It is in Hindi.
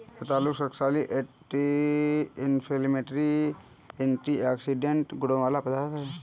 रतालू शक्तिशाली एंटी इंफ्लेमेटरी और एंटीऑक्सीडेंट गुणों वाला पदार्थ है